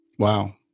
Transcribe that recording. Wow